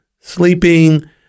sleeping